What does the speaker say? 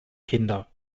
kinder